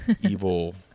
evil